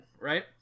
right